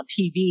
TV